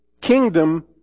kingdom